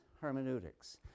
hermeneutics